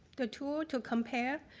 the tool to compare,